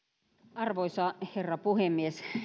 arvoisa herra puhemies